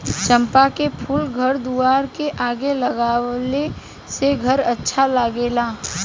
चंपा के फूल घर दुआर के आगे लगावे से घर अच्छा लागेला